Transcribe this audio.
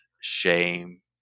shame